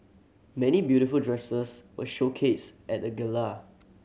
many beautiful dresses were showcased at the gala